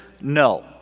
No